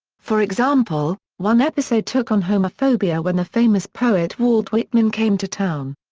for example, one episode took on homophobia when the famous poet walt whitman came to town.